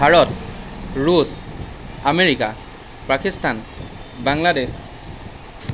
ভাৰত ৰুছ আমেৰিকা পাকিস্তান বাংলাদেশ